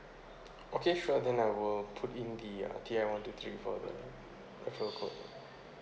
okay sure then I will put in the uh tier one two three for the referral code